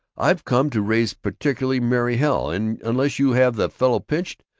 i've come to raise particular merry hell, and unless you have that fellow pinched,